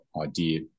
idea